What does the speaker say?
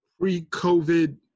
pre-COVID